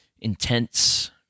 intense